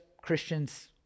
Christians